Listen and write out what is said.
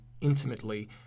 intimately